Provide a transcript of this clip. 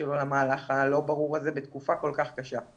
שלו למהלך הלא ברור הזה בתקופה כל כך קשה.